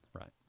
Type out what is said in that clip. Right